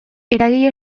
eragile